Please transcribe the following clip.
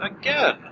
again